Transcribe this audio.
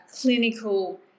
clinical